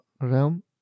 Realm